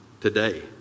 today